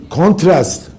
contrast